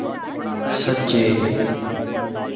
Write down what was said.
सज्जे